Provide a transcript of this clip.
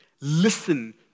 listen